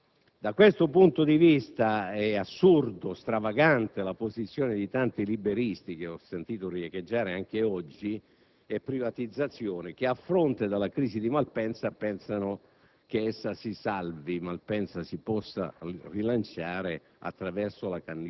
È un assurdo che si spiega con il politicismo, il localismo, il campanilismo, l'approssimazione con cui sono state fatte quelle scelte, per cui oggi Malpensa e Alitalia, nei loro rapporti, si fanno reciprocamente male.